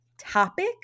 topic